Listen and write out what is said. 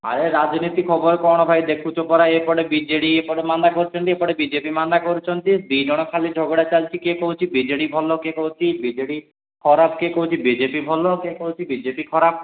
ଆରେ ରାଜନୀତି ଖବର କ'ଣ ଭାଇ ଦେଖୁଛୁ ପରା ଏପଟେ ବି ଜେ ଡ଼ି ଏପଟେ ମାମଲା କରୁଛନ୍ତି ଏପଟେ ବି ଜେ ପି ମାମଲା କରୁଛନ୍ତି ଦୁଇଜଣ ଖାଲି ଝଗଡ଼ା ଚାଲିଛି କିଏ କହୁଛି ବି ଜେ ଡ଼ି ଭଲ କିଏ କହୁଛି ବି ଜେ ଡ଼ି ଖରାପ କିଏ କହୁଛି ବି ଜେ ପି ଭଲ କିଏ କହୁଛି ବି ଜେ ପି ଖରାପ